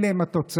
אלה הן התוצאות.